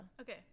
okay